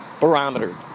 barometer